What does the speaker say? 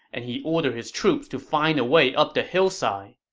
and he ordered his troops to find a way up the hillside.